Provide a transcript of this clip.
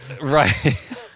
Right